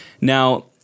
Now